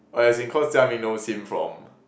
oh as in cause Jia-Ming knows him from